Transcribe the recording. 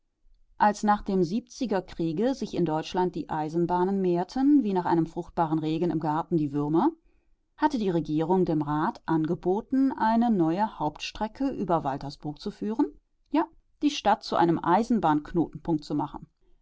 als nach dem siebziger kriege sich in deutschland die eisenbahnen mehrten wie nach einem fruchtbaren regen im garten die würmer hatte die regierung dem rat angeboten eine neue hauptstrecke über waltersburg zu führen ja die stadt zu einem eisenbahnknotenpunkt zu machen